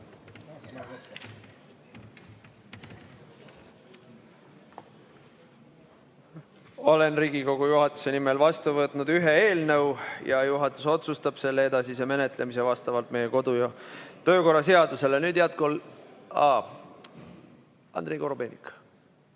Olen Riigikogu juhatuse nimel vastu võtnud ühe eelnõu ja juhatus otsustab selle edasise menetlemise vastavalt meie kodu- ja töökorra seadusele. Nüüd, head kolleegid